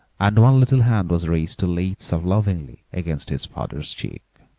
and one little hand was raised to lay itself lovingly against his father's cheek.